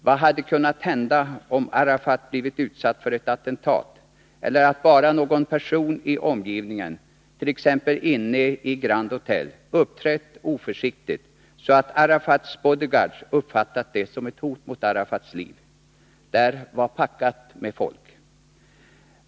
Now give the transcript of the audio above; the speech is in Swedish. Vad hade kunnat hända om Arafat blivit utsatt för ett attentat eller om bara någon person i omgivningen, t.ex. inne på Grand Hötel, uppträtt oförsiktigt, så att Arafats bodyguards uppfattat det som ett hot mot Arafats liv? Där var packat med folk.